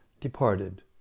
departed